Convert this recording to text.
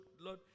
Lord